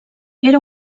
era